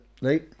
right